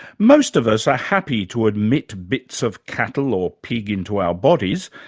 most of us are happy to admit bits of cattle or pig into our bodies,